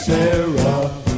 Sarah